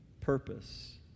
purpose